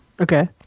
Okay